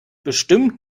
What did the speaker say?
bestimmt